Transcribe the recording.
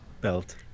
belt